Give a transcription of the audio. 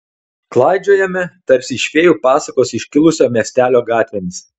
klaidžiojame tarsi iš fėjų pasakos iškilusio miestelio gatvėmis